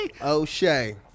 O'Shea